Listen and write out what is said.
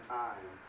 time